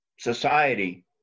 society